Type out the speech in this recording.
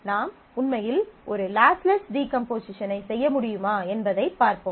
நாம் உண்மையில் ஒரு லாஸ்லெஸ் டீகம்போசிஷனை செய்ய முடியுமா என்பதைப் பார்ப்போம்